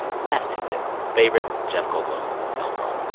last tidbit favorite jeff goldblum film role?